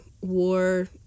war